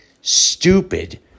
stupid